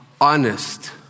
honest